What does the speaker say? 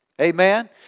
Amen